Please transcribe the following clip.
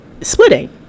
splitting